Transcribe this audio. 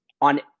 on